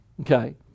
Okay